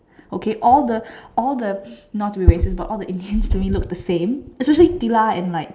okay all the all the not to be racist but all the Indians to me look the same especially Tila and like